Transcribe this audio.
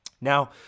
Now